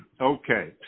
Okay